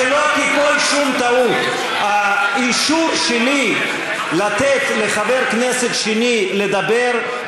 שלא תיפול שום טעות: האישור שלי לתת לחבר כנסת שני לדבר,